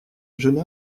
jeune